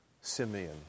Simeon